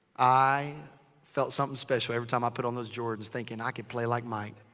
i felt something special every time i put on those jordans. thinking i could play like mike.